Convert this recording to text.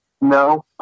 No